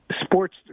Sport's